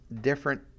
different